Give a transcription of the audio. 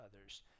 others